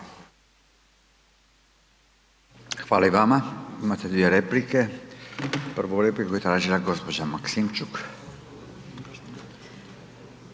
Hvala i vama. Imate dvije replike. Prvu repliku je tražila gospođa Maskimčuk.